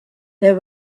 there